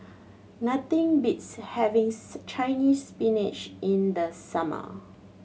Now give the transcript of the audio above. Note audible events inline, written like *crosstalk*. nothing beats having *unintelligible* Chinese Spinach in the summer